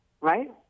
right